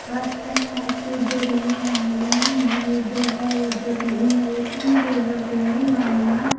اور ہم ہر چیز جو نئی آئی نہیں ہے جو ہے جو نہیں ہے وہ ان چیزوں کی بھی معلومات